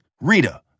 Rita